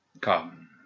Come